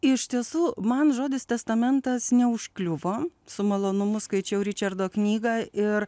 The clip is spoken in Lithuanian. iš tiesų man žodis testamentas neužkliuvo su malonumu skaičiau ričardo knygą ir